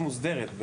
מוסדרת.